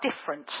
different